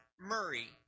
Murray